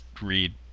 read